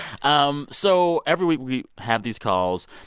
um so every week we have these calls.